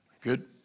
Good